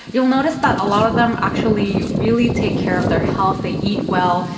you'll notice that a lot of them actually really take care of their health, they eat well,